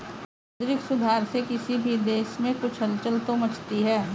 मौद्रिक सुधार से किसी भी देश में कुछ हलचल तो मचती है